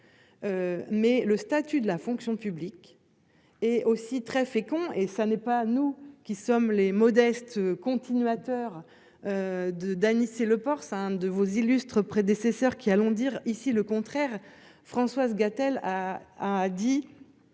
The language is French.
Mais le statut de la fonction publique est aussi très fécond et ça n'est pas nous qui sommes les modestes continuateur. De d'Anicet Le Pors, un de vos illustres prédécesseurs, qui allons dire ici le contraire. Françoise Gatel a a dit.